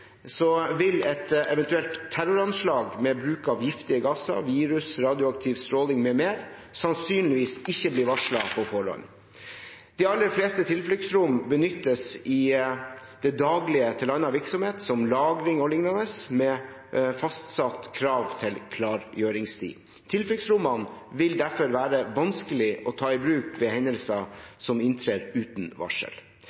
vil et eventuelt terroranslag med bruk av giftige gasser, virus, radioaktiv stråling m.m. sannsynligvis ikke bli varslet på forhånd. De aller fleste tilfluktsrom benyttes i det daglige til annen virksomhet som lagring og lignende med fastsatt krav til klargjøringstid. Tilfluktsrommene vil derfor være vanskelig å ta i bruk ved